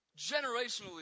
generationally